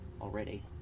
already